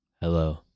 Hello